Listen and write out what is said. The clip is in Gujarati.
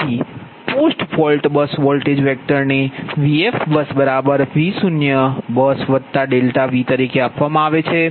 તેથી પોસ્ટ ફોલ્ટ બસ વોલ્ટેજ વેક્ટરને VBUSfVBUS0ΔV તરીકે આપવામાં આવે છે